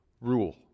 Rule